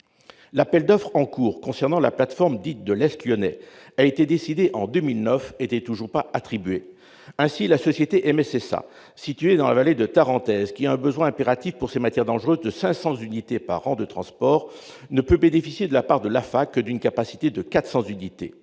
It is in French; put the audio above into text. L'appel d'offres en cours concernant la plateforme dite de « l'est lyonnais » a été décidé en 2009 et n'est toujours pas attribué. Ainsi, la société MSSA, située dans la vallée de la Tarentaise, qui a un besoin impératif pour ses matières dangereuses de 500 unités de transport par an, ne peut bénéficier de la part de l'AFA que d'une capacité de 400 unités.